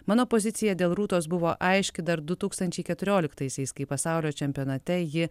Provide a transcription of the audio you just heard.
mano pozicija dėl rūtos buvo aiški dar du tūkstančiai keturioliktaisiais kai pasaulio čempionate ji